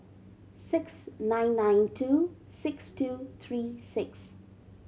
six nine nine two six two three six